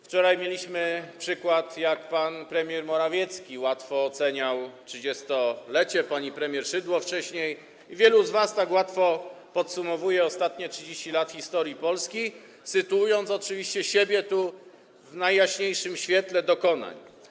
Wczoraj mieliśmy przykład, jak pan premier Morawiecki łatwo oceniał trzydziestolecie, pani premier Szydło wcześniej to czyniła i wielu z was tak łatwo podsumowuje ostatnie 30 lat historii Polski, sytuując oczywiście siebie w najjaśniejszym świetle tych dokonań.